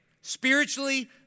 Spiritually